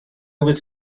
was